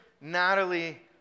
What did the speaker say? Natalie